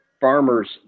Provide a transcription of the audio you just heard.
farmers